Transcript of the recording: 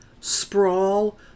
sprawl